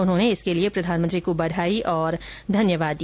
उन्होंने इसके लिए प्रधानमंत्री को बधाई और धन्यवाद दिया